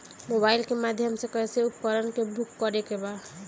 Mobile के माध्यम से कैसे उपकरण के बुक करेके बा?